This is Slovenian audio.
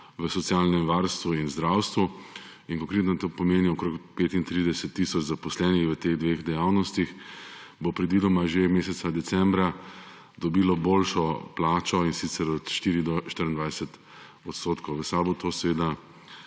v socialnem varstvu in zdravstvu. To pomeni, da okoli 35 tisoč zaposlenih v teh dveh dejavnostih bo predvidoma že meseca decembra dobilo boljšo plačo od 4 do 24 odstotkov. V SAB to seveda